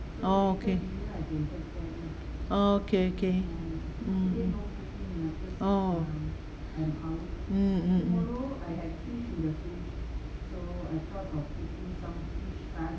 orh okay oh okay okay orh mm mm mm